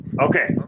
Okay